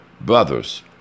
Brothers